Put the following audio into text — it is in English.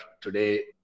today